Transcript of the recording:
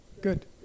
Good